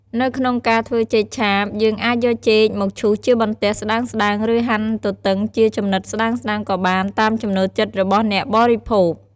នៅក្នុងការធ្វើចេកឆាប យើងអាចយកចេកមកឈូសជាបន្ទះស្ដើងៗ ឬហាន់ទទឹងជាចំណិតស្ដើងៗក៏បាន តាមចំណូលចិត្តរបស់អ្នកបរិភោគ។